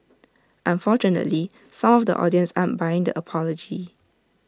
unfortunately some of the audience aren't buying the apology